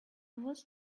was